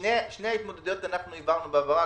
את שתי ההתמודדויות העברנו בהעברה,